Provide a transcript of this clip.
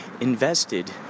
invested